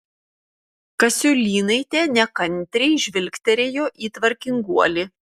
kasiulynaitė nekantriai žvilgtelėjo į tvarkinguolį